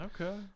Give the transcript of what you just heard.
Okay